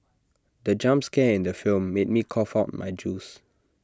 the jump scare in the film made me cough out my juice